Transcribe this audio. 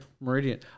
meridian